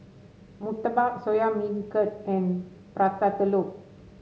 murtabak Soya Beancurd and Prata Telur